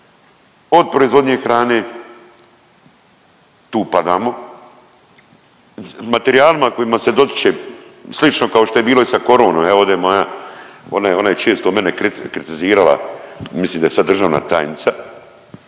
od proizvodnje hrane, tu padamo, materijalima kojima se dotiče slično kao što je bilo i sa koronom, evo ovdje je Maja ona je, ona je često mene kritizirala, mislim da je sad državna tajnica,